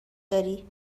داری